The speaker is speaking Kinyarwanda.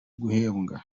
guhembwa